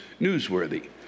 newsworthy